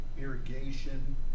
irrigation